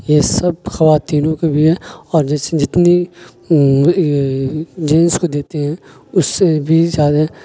یہ سب خواتینوں کو بھی ہیں اور جیسے جتنی جنس کو دیتے ہیں اس سے بھی زیادہ